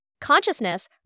consciousness